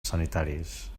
sanitaris